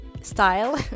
style